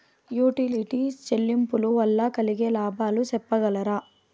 Utility చెల్లింపులు వల్ల కలిగే లాభాలు సెప్పగలరా?